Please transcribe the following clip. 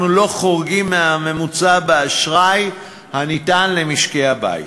לא חורגים מהממוצע באשראי הניתן למשקי-הבית.